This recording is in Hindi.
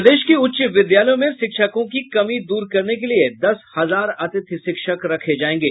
प्रदेश के उच्च विद्यालयों में शिक्षकों की कमी दूर करने के लिये दस हजार अतिथि शिक्षक रखे जायेंगे